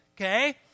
Okay